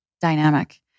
dynamic